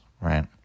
right